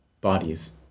bodies